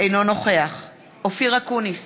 אינו נוכח אופיר אקוניס,